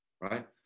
right